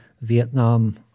Vietnam